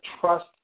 trust